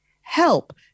help